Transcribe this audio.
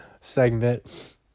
segment